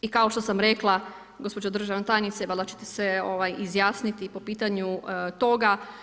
I kao što sam rekla, gospođo državna tajnice, valjda ćete se izjasniti po pitanju toga.